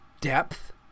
depth